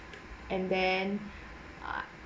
and then